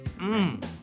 Mmm